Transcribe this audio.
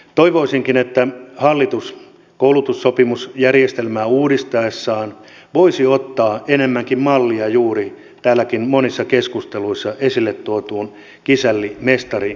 toivoisinkin että hallitus koulutussopimusjärjestelmää uudistaessaan voisi ottaa enemmänkin mallia juuri täälläkin monissa keskusteluissa esille tuodusta kisällimestari mallista